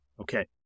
Okay